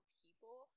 people